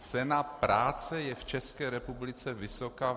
Cena práce je v České republice vysoká?